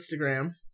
Instagram